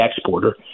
exporter